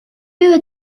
you